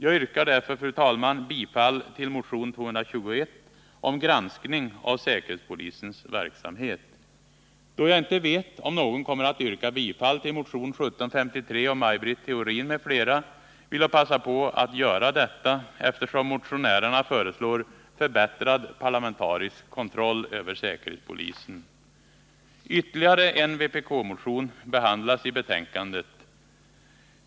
Jag yrkar därför, fru talman, bifall till motion 221 om granskning av säkerhetspolisens verksamhet. Då jag inte vet om någon kommer att yrka bifall till motionen 1753 av Maj Britt Theorin m.fl., vill jag passa på att göra detta, eftersom motionärerna föreslår förbättrad parlamentarisk kontroll över säkerhetspolisen. Ytterligare en vpk-motion behandlas i betänkandet.